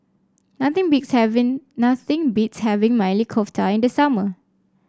nothing beats having nothing beats having Maili Kofta in the summer